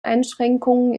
einschränkungen